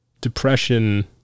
depression